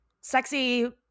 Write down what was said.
sexy